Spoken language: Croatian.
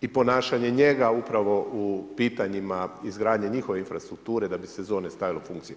i ponašanje njega upravo u pitanjima izgradnje njihove infrastrukture da bi se zone stavile u funkcije.